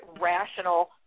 rational